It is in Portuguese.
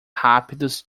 rápidos